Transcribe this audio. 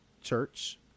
church